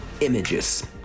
Images